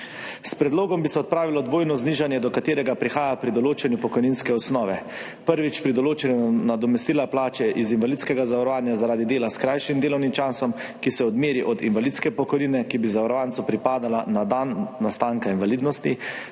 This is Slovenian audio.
S predlogom bi se odpravilo dvojno znižanje, do katerega prihaja pri določanju pokojninske osnove, prvič, pri določanju nadomestila plače iz invalidskega zavarovanja zaradi dela s krajšim delovnim časom, ki se odmeri od invalidske pokojnine, ki bi zavarovancu pripadala na dan nastanka invalidnosti,